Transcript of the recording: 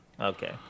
Okay